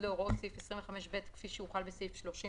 להוראות סעיף 25(ב) כפי שהוחל בסעיף 30,